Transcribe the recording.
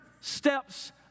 steps